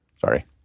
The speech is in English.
sorry